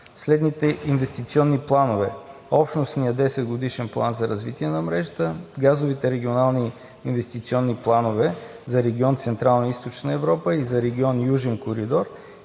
следните инвестиционни планове – общностният Десетгодишен план за развитие на мрежата; газовите регионални инвестиционни планове за регион Централна и Източна Европа и за регион Южен коридор и